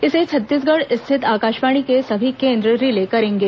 इसे छत्तीसगढ़ स्थित आकाशवाणी के सभी केंद्र रिले करेंगे